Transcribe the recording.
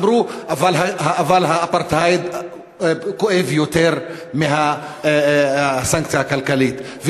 אמרו: אבל האפרטהייד כואב יותר מהסנקציה הכלכלית.